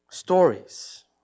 Stories